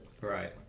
Right